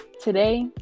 Today